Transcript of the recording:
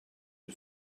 une